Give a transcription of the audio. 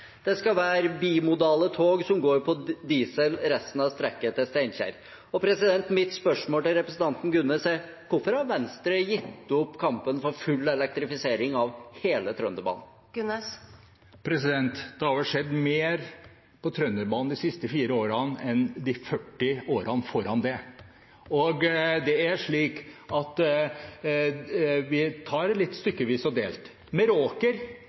Det skal være bimodale tog som går på diesel resten av strekket til Steinkjer. Mitt spørsmål til representanten Gunnes er: Hvorfor har Venstre gitt opp kampen for full elektrifisering av hele Trønderbanen? Det har vel skjedd mer på Trønderbanen de siste fire årene enn de 40 årene før det. Vi tar det litt stykkevis og delt. Meråkerbanen helt opp til Storlien blir nå elektrifisert. Det